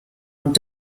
und